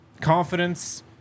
confidence